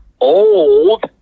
old